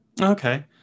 Okay